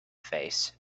face